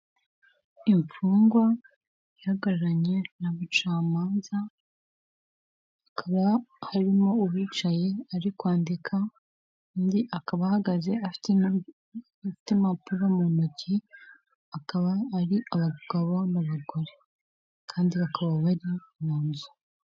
Imfungwa ihagararanye n'umucamanza akaba harimo uwicaye ari kwandika, undi akaba ahagaze afite impapuro mu ntoki akaba ari abagabo n'abagore kandi bakaba bari mu nzu.